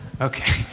Okay